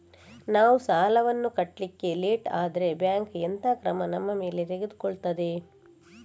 ನಾವು ಸಾಲ ವನ್ನು ಕಟ್ಲಿಕ್ಕೆ ಲೇಟ್ ಆದ್ರೆ ಬ್ಯಾಂಕ್ ಎಂತ ಕ್ರಮ ನಮ್ಮ ಮೇಲೆ ತೆಗೊಳ್ತಾದೆ?